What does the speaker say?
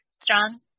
strong